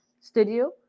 studio